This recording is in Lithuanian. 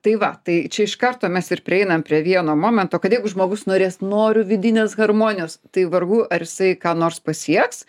tai va tai čia iš karto mes ir prieinam prie vieno momento kad jeigu žmogus norės noriu vidinės harmonijos tai vargu ar jisai ką nors pasieks